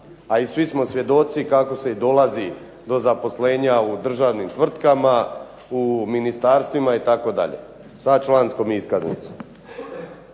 A i svi smo svjedoci kako se dolazi do zaposlenja u državnim tvrtkama, u ministarstvima itd. Sa članskom iskaznicom.